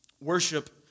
Worship